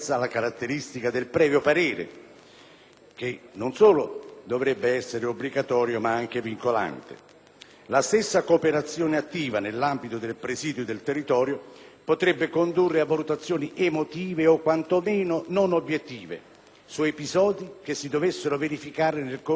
che non solo dovrebbe essere obbligatorio ma anche vincolante. La stessa cooperazione attiva nell'ambito del presidio del territorio potrebbe condurre a valutazioni emotive o quantomeno non obiettive su episodi che si dovessero verificare nel corso dell'attività di cooperazione prevista.